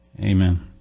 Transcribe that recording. Amen